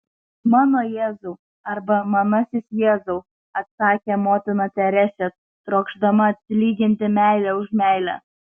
mano jėzau arba manasis jėzau atsakė motina teresė trokšdama atsilyginti meile už meilę